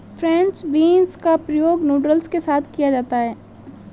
French beans का प्रयोग noodles के साथ किया जाता है